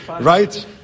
Right